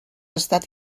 estat